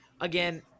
again